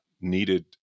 needed